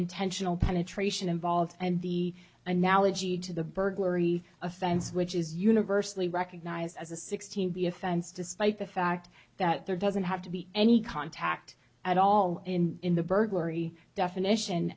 intentional penetration involved and the analogy to the burglary offense which is universally recognized as a sixteen the offense despite the fact that there doesn't have to be any contact at all in in the burglary definition